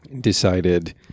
decided